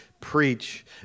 preach